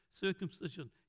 Circumcision